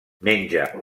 menja